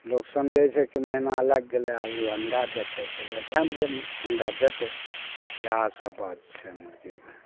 लोक समझै छै कि महीना लागि गेलै आब ओ अण्डा देतै तऽ ओकरा झाॅंपि देब अण्डा देतै इएह सब बात छै मुर्गीमे